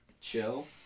Chill